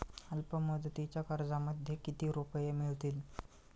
अल्पमुदतीच्या कर्जामध्ये किती रुपये मिळतील?